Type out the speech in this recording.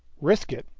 risk it?